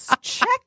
Check